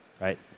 right